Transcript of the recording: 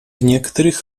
некоторых